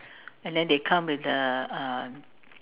and then they come with the uh